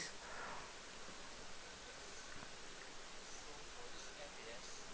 subsidies